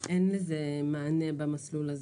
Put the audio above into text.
אין לזה מענה במסלול הה.